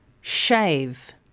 shave